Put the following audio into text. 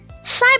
Cyber